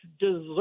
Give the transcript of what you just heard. deserve